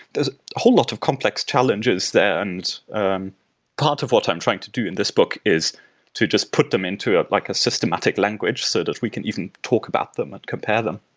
there's a whole lot of complex challenges there and part of what i'm trying to do in this book is to just put them into ah like a systematic language so that we can even talk about them and compare them.